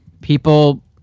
people